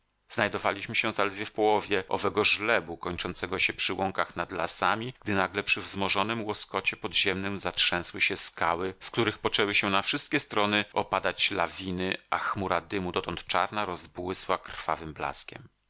wcześnie znajdowaliśmy się zaledwie w połowie owego żlebu kończącego się przy łąkach nad lasami gdy nagle przy wzmożonym łoskocie podziemnym zatrzęsły się skały z których poczęły na wszystkie strony opadać lawiny a chmura dymu dotąd czarna rozbłysła krwawym blaskiem